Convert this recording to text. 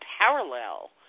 parallel